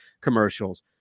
commercials